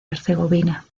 herzegovina